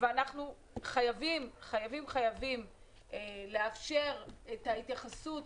אנחנו חייבים לאפשר את ההתייחסות,